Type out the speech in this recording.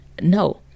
No